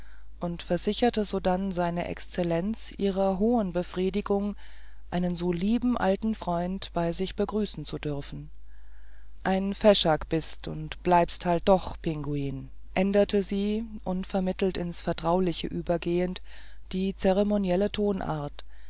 und versicherte sodann seine exzellenz ihrer hohen befriedigung einen so lieben alten freund bei sich begrüßen zu dürfen ein feschak bist d und bleibst d halt doch pinguin änderte sie unvermittelt ins vertrauliche übergehend die zeremonielle tonart